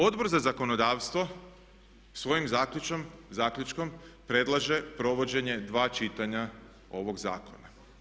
Odbor za zakonodavstvo svojim zaključkom predlaže provođenje dva čitanja ovog zakona.